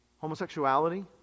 homosexuality